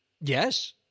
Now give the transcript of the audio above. Yes